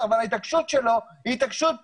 וההתעקשות שלו היא התעקשות ביזרית,